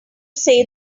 say